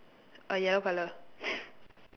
uh yellow colour